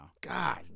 God